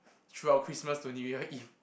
throughout Christmas to New Year Eve